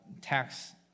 tax